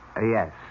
Yes